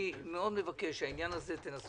אני רוצה שהישיבה הבאה תהיה יותר קצרה.